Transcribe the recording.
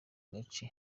gace